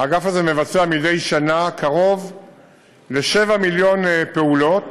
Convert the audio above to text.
האגף הזה מבצע מדי שנה קרוב ל-7 מיליון פעולות,